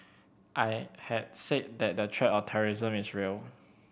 I had said that the threat of terrorism is real